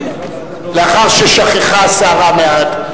לאחר ששככה הסערה מעט,